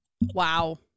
Wow